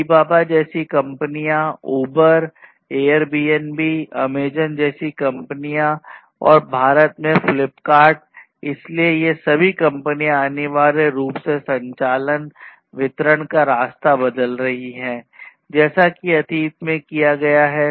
Alibaba जैसी कंपनियां Uber Airbnb Amazon जैसी कंपनियां और भारत में फ्लिपकार्ट इसलिए ये सभी कंपनियां अनिवार्य रूप से संचालन वितरण का रास्ता बदल रही हैं जैसा कि अतीत में किया गया है